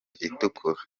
itukura